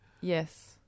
Yes